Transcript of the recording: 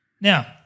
Now